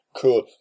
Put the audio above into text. Cool